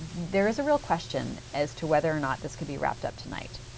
there is a real question as to whether or not this can be wrapped up tonight.